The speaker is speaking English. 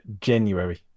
January